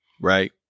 right